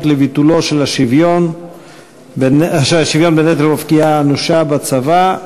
לביטולו של השוויון בנטל ופגיעה אנושה בצבא,